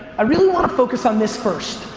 i really want to focus on this first.